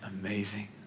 amazing